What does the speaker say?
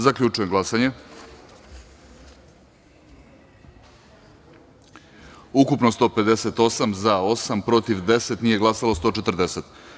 Zaključujem glasanje: ukupno – 158, za – 8, protiv – 10, nije glasalo – 140.